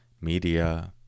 media